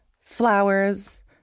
flowers